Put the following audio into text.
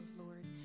Lord